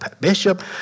bishop